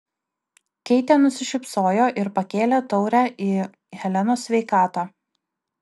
keitė nusišypsojo ir pakėlė taurę į helenos sveikatą